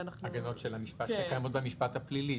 הגנות שקיימות במשפט הפלילי.